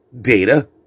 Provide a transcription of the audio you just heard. data